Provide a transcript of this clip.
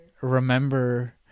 remember